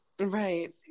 Right